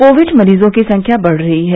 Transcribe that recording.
Covid मरीजों की संख्या बढ़ रही है